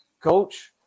Coach